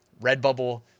Redbubble